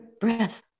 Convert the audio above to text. breath